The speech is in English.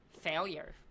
failure